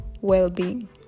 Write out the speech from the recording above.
well-being